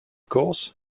course